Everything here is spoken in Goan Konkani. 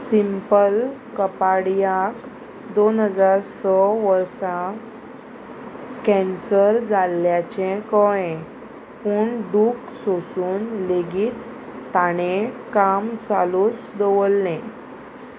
सिंपल कपाडयाक दोन हजार स वर्सा कॅन्सर जाल्ल्याचें कळ्ळें पूण दूख सोसून लेगीत ताणें काम चालूच दवरलें